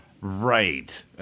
Right